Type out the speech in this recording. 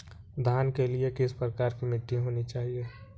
धान के लिए किस प्रकार की मिट्टी होनी चाहिए?